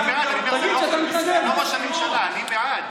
אני בעד.